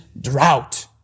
drought